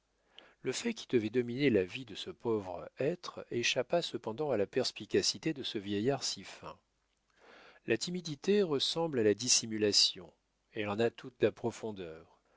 le fait qui devait dominer la vie de ce pauvre être échappa cependant à la perspicacité de ce vieillard si fin la timidité ressemble à la dissimulation elle en a toute la profondeur